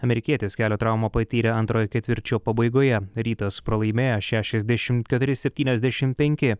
amerikietis kelio traumą patyrė antrojo ketvirčio pabaigoje rytas pralaimėjo šešiasdešimt keturi septyniasdešimt penki